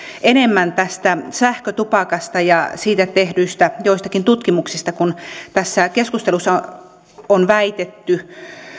enemmän tästä sähkötupakasta ja siitä tehdyistä joistakin tutkimuksista kun tässä keskustelussa on väitetty